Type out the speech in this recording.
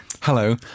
Hello